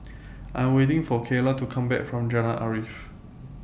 I Am waiting For Kaylah to Come Back from Jalan Arif